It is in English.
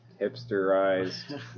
hipsterized